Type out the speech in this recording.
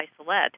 isolate